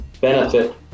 benefit